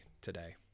today